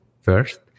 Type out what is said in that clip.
first